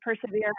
persevere